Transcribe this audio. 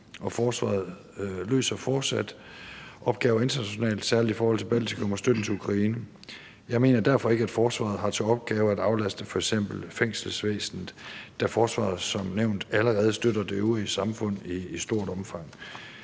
forsvaret løser fortsat opgaver internationalt, særlig i forhold til Baltikum og støtten til Ukraine. Jeg mener derfor ikke, at forsvaret har til opgave at aflaste f.eks. fængselsvæsenet, altså da forsvaret som nævnt allerede støtter det øvrige samfund i stort omfang.